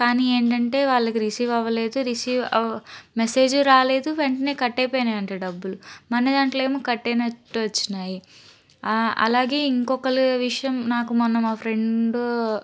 కానీ ఏంటంటే వాళ్ళకి రిసీవ్ అవ్వలేదు రిసీవ్ అవ్ మెసేజ్ రాలేదు వెంటనే కట్ అయిపోయినాయి అంట డబ్బులు మా అన్న దాంట్లో ఏమో కట్ అయినట్టు వచ్చినాయి అలాగే ఇంకొకళ్ళు విషయం నాకు మొన్న మా ఫ్రెండ్